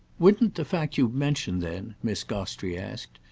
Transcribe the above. wouldn't the fact you mention then, miss gostrey asked,